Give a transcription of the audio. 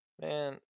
Man